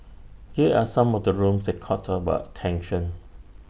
here are some of the rooms that caught about tension